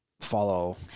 follow